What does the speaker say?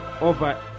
over